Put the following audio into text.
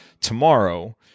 tomorrow